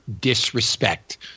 disrespect